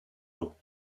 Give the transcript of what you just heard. dur